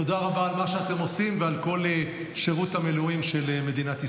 תודה רבה על מה שאתם עושים ועל כל שירות המילואים של מדינת ישראל.